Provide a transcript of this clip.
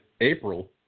April